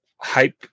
hype